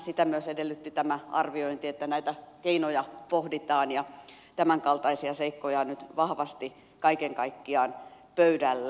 sitä myös edellytti tämä arviointi että näitä keinoja pohditaan ja tämänkaltaisia seikkoja on nyt vahvasti kaiken kaikkiaan pöydällä